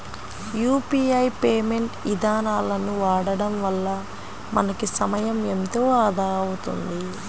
UPI payment ఇదానాలను వాడడం వల్ల మనకి సమయం ఎంతో ఆదా అవుతుంది